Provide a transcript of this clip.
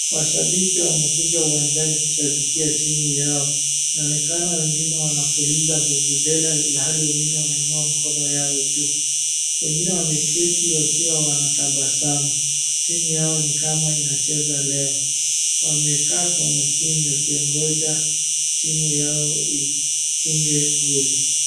Mashabiki wamekuja uwanjani kushabikia timu yao inaonekana wengine wanapuliza vuvuzela ilhali wengine wameinua mikono yao juu. Wengine wameketi wakiwa wanatabasamu timu yao ni kama inacheza leo wamekaa kwa makini wakiongoja timu yao ifunge goli.